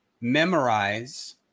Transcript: memorize